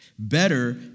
Better